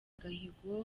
agahigo